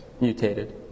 mutated